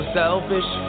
selfish